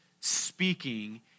speaking